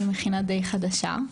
זו מכינה די חדשה,